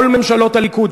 כל ממשלות הליכוד,